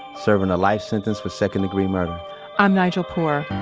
serving a life sentence for second degree murder i'm nigel poor.